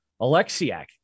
Alexiak